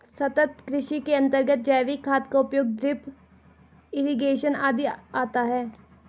सतत् कृषि के अंतर्गत जैविक खाद का उपयोग, ड्रिप इरिगेशन आदि आता है